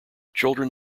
children